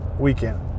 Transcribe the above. Weekend